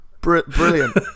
Brilliant